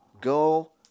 go